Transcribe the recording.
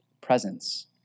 presence